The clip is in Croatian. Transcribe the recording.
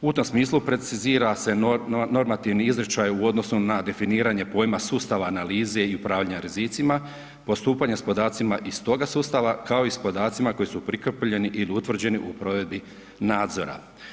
U tom smislu precizira se normativni izričaj u odnosu na definiranje pojama sustava analize i upravljanje s rizicima, postupanje s podacima iz toga sustava, kao i podacima, koji su prikupljeni ili utvrđeni u provedbi nadzora.